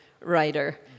writer